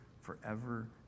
forever